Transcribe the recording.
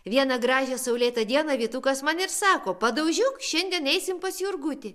vieną gražią saulėtą dieną vytukas man ir sako padaužiuk šiandien eisim pas jurgutį